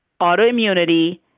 autoimmunity